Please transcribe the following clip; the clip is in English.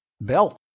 belt